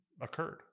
occurred